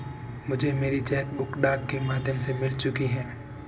मुझे मेरी cheque book डाक के माध्यम से मिल चुकी है